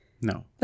No